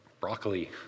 broccoli